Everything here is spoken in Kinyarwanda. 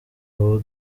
abo